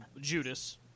Judas